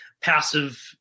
passive